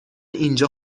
اینجا